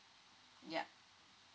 ya